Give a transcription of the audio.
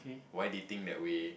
why do you think that we